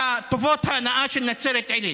וטובות ההנאה, של נצרת עילית.